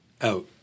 out